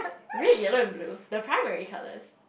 red yellow and blue the primary colours